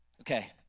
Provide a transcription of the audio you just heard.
okay